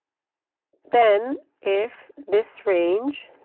then if this range